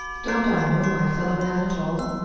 don't i know my fellow-man at all?